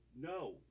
No